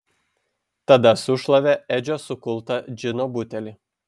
tada sušlavė edžio sukultą džino butelį